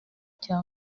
cya